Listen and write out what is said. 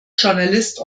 journalist